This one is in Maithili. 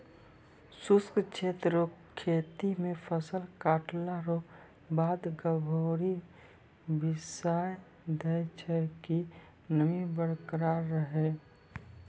शुष्क क्षेत्र रो खेती मे फसल काटला रो बाद गभोरी बिसाय दैय छै कि नमी बरकरार रहै